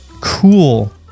Cool